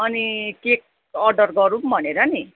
अनि cake order गरौँ भनेर नि